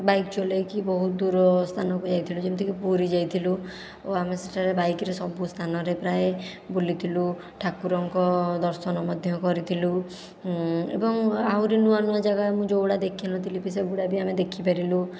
bike ଚଲାଇକି ବହୁତ ଦୂର ସ୍ଥାନକୁ ଯାଇଥିଲୁ ଯେମିତିକି ପୁରୀ ଯାଇଥିଲୁ ଓ ଆମେ ସେଠାରେ ବାଇକରେ ସବୁ ସ୍ଥାନରେ ପ୍ରାୟେ ବୁଲିଥିଲୁ ଠାକୁରଙ୍କ ଦର୍ଶନ ମଧ୍ୟ କରିଥିଲୁ ଏବଂ ଆହୁରି ନୂଆ ନୂଆ ଜାଗା ମୁଁ ଯେଉଁଗୁଡ଼ା ଦେଖିନଥିଲି ବି ସେ ଗୁଡ଼ା ବି ଆମେ ଦେଖି ପାରିଲୁ